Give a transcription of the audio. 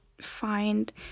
find